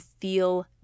feel